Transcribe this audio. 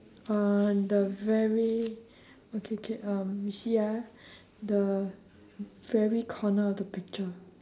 on the very okay okay um you see ah the very corner of the picture